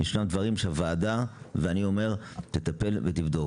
ישנם דברים שהוועדה תטפל ותבדוק.